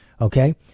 okay